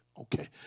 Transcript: okay